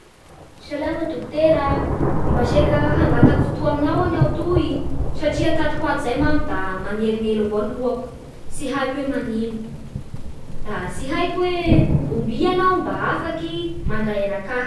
Salama dokotera. Mba saika hangataky fotoana aminao any aho toy satria tato ho ato zay manko da manelinely zay gny lohako tsy haiko hoe manino Da haiko hoe ombia anao mba afaky mandray anakahy